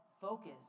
focus